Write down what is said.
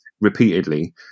repeatedly